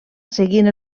seguint